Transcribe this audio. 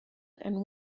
and